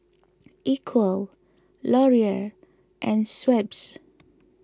Equal Laurier and Schweppes